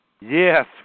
Yes